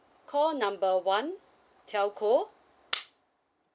call number one telco